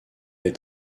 est